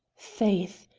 faith!